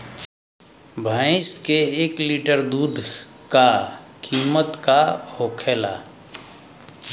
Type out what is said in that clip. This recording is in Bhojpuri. भैंस के एक लीटर दूध का कीमत का होखेला?